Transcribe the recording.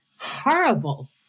horrible